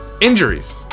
injuries